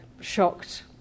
shocked